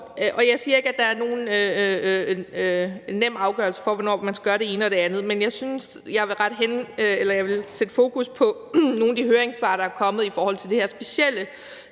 Jeg siger ikke, at der er nogen nem afgørelse af, hvornår man skal gøre det ene og det andet, men jeg vil sætte fokus på nogle af de høringssvar, der er kommet, i forhold til det her specielle